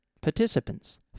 Participants